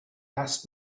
asked